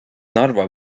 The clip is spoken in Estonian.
narva